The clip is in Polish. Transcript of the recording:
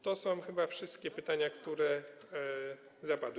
To są chyba wszystkie pytania, które padły.